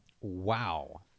Wow